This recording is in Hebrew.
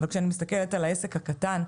וכשאני מסתכלת על העסק הקטן,